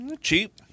Cheap